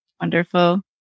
Wonderful